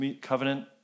covenant